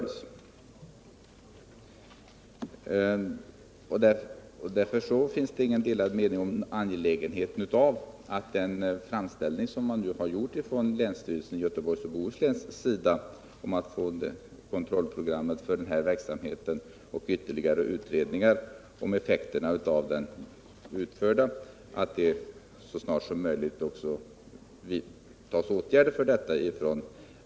Därför finns det ingen delad mening om angelägenheten av den framställning som länsstyrelsen i Göteborgs och Bohus län har gjort om kontrollprogrammet för denna verksamhet och att regeringen så snart som möjligt vidtar åtgärder på detta område.